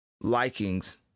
likings